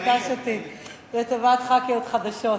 הוא נטש אותי לטובת ח"כיות חדשות.